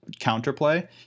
counterplay